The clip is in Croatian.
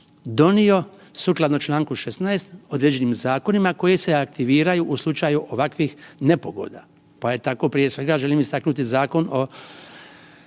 donio sukladno čl. 16. određenim zakonima koji se aktiviraju u slučaju ovakvih nepogoda. Pa ja tako želim prije svega istaknuti Zakon o